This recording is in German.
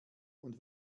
und